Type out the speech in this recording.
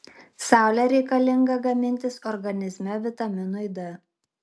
saulė reikalinga gamintis organizme vitaminui d